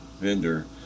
vendor